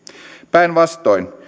päinvastoin